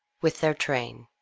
with their train,